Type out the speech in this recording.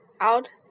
out